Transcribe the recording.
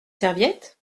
serviettes